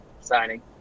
signing